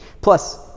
Plus